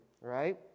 Right